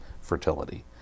fertility